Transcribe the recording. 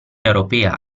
europea